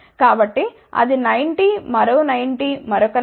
కాబట్టి అది 90 మరో 90 మరొక 90